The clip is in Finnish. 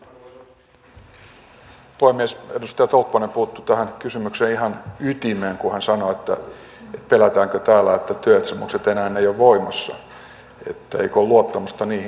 edustaja tolppanen puuttui ihan tämän kysymyksen ytimeen kun hän sanoi että pelätäänkö täällä että työehtosopimukset enää ei ole voimassa että eikö ole luottamusta niihin